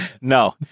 No